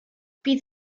bydd